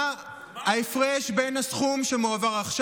זה לא מגלם עלייה, זה מגלם ירידה.